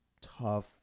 tough